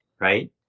Right